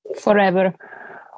Forever